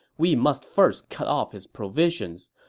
we must first cut off his provisions.